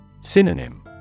Synonym